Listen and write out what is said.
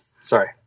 Sorry